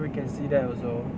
then we can see that also